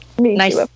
nice